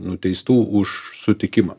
nuteistų už sutikimą